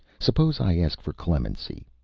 suppose i ask for clemency?